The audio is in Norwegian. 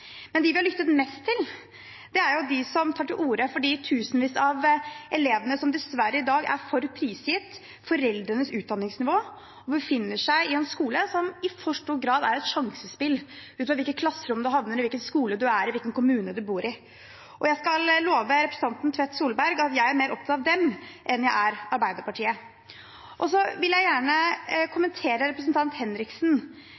Men dem vi har lyttet mest til, er de som tar til orde for de tusenvis av elever som dessverre i dag er prisgitt foreldrenes utdanningsnivå, og befinner seg i en skole som i for stor grad er et sjansespill ut fra hvilket klasserom en havner i, hvilken skole en går på, og hvilken kommune en bor i. Jeg skal love representanten Tvedt Solberg at jeg er mer opptatt av dem enn jeg er av Arbeiderpartiet. Jeg vil også gjerne